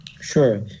Sure